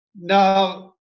Now